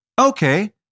Okay